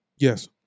yes